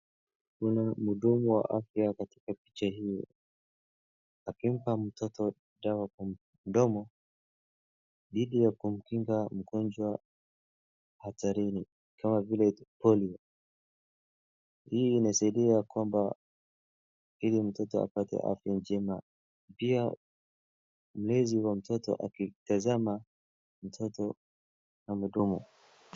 Kuna mhudumu wa afya katika picha hii, akimpa mtoto dawa kwa mdomo dhidi ya kumkinga mgonjwa hatarini kama vile polio . Hii inasaidia kwamba ili mtoto apate afya njema. Pia ulezi wa mtoto akitazama mtoto amedumu.